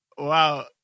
Wow